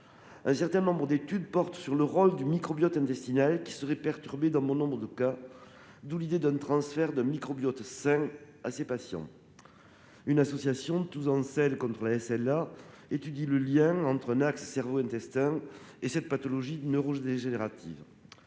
Un certain nombre d'études portent sur le rôle du microbiote intestinal, qui serait perturbé dans bon nombre de cas, d'où l'idée d'un transfert d'un microbiote sain à ces patients. Une association, Tous en selles contre la SLA, étudie le lien entre un axe cerveau-intestin et cette pathologie neurodégénérative.